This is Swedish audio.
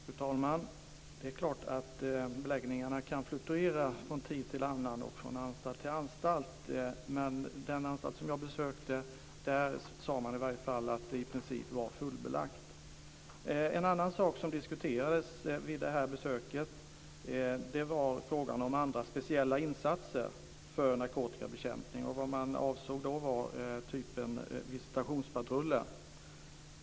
Fru talman! Det är klart att beläggningarna kan fluktuera från tid till annan och från anstalt till anstalt. Men vid den anstalt jag besökte sade man i varje fall att det i princip var fullbelagt. En annan sak som diskuterades vid det här besöket var frågan om andra speciella insatser för narkotikabekämpning. Vad man då avsåg var visitationspatruller.